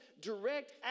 direct